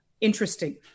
interesting